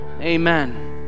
Amen